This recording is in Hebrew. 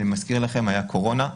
אני מזכיר לכם הייתה קורונה,